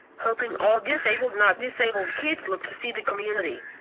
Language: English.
hoping all disabled not disabled kids look to see the community.